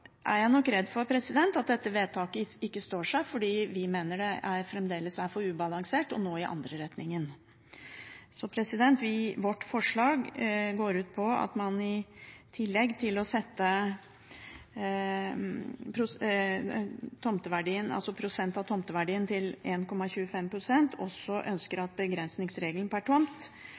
at dette vedtaket ikke står seg, fordi vi mener det fremdeles er for ubalansert, og nå i den andre retningen. Så vårt forslag går ut på at man i tillegg til å sette prosenten av tomteverdien til 1,25 pst. også ønsker at begrensningsregelen per tomt